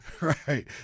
Right